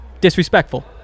disrespectful